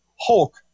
Hulk